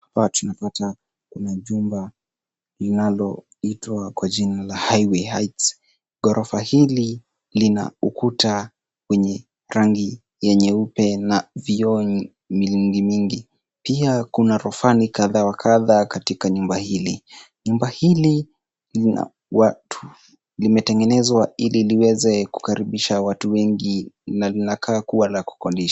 Hapa tunapata kuna jumba linaloitwa kwa jina la HIGHWAY HEIGHTS.Ghorofa hili lina ukuta wenye rangi ya nyeupe na vioo nyingi nyingi. Pia kuna roshani kadha wa kadha katika nyumba hili. Nyumba hili ina watu. Limetengenezwa ili liweze kukaribisha watu wengi na linakaa kuwa la kukodisha.